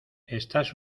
estás